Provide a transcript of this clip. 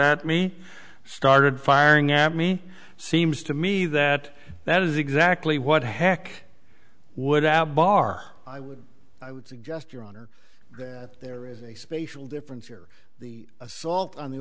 at me started firing at me seems to me that that is exactly what heck would ab are i would i would suggest your honor there is a spatial difference here the assault on the